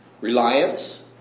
Reliance